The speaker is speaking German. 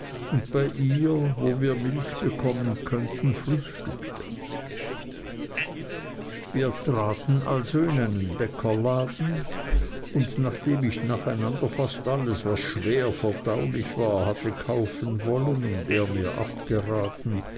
und bei ihr wo wir milch bekommen könnten frühstückte wir traten also in einen bäckerladen und nachdem ich nacheinander fast alles was schwer verdaulich war hatte kaufen wollen und er mir abgeraten